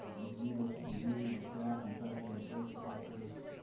ms. vivas reviewed the staff and faculty appraisal process.